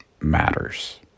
matters